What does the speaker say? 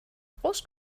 groß